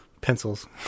pencils